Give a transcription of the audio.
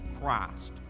Christ